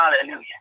Hallelujah